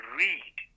read